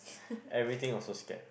everything also scared